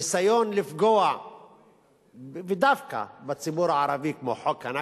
ניסיון לפגוע דווקא בציבור הערבי, כמו חוק הנכבה,